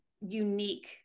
unique